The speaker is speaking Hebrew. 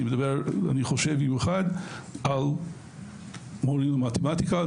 במיוחד מורים למתמטיקה.